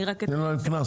תנו להם קנס.